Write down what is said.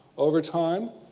over time,